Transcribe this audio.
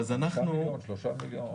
3 מיליון?